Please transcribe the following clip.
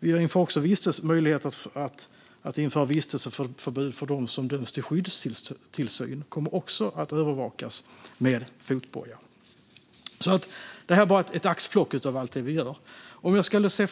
Vi inför också möjlighet till vistelseförbud för dem som döms till skyddstillsyn. De kommer också att övervakas med fotboja. Det här är bara ett axplock av allt det vi gör. Om jag skulle se